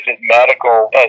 medical